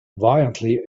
violently